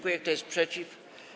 Kto jest przeciw?